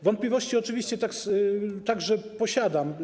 Wątpliwości oczywiście także posiadam.